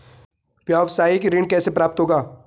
व्यावसायिक ऋण कैसे प्राप्त होगा?